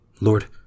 Lord